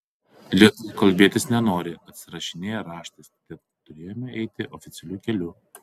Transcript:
lidl kalbėtis nenori atsirašinėja raštais todėl turėjome eiti oficialiu keliu